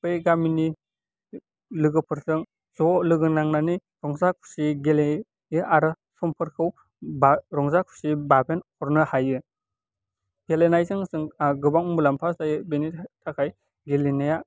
बै गामिनि लोगोफोरजों ज' लोगो नांनानै रंजा खुसि गेलेयो आरो समफोरखौ रंजा खुसियै बारहोहरनो हायो गेलेनायजों जोंहा गोबां मुलाम्फा जायो बेनि थाखाय गेलेनाया